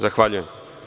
Zahvaljujem.